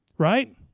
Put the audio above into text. Right